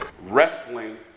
Wrestling